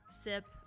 SIP